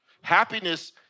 Happiness